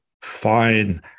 fine